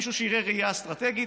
מישהו שיראה ראייה אסטרטגית.